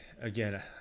again